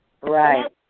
right